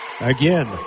Again